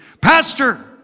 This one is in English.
Pastor